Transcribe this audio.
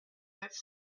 neuf